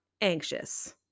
anxious